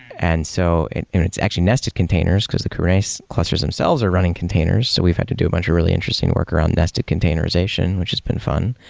and so in in it's actually nested containers, because the kubernetes clusters themselves are running containers. so we've had to do a bunch of really interesting workaround nested containerization, which has been fun.